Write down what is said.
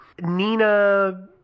Nina